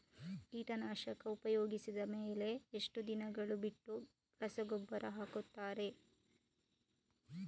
ಕೀಟನಾಶಕ ಉಪಯೋಗಿಸಿದ ಮೇಲೆ ಎಷ್ಟು ದಿನಗಳು ಬಿಟ್ಟು ರಸಗೊಬ್ಬರ ಹಾಕುತ್ತಾರೆ?